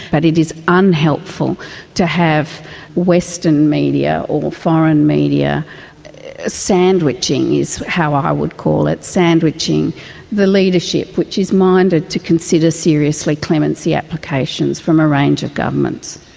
but it is unhelpful to have western media or foreign media sandwiching, is how i would call it, sandwiching the leadership which is minded to consider seriously clemency applications from a range of governments.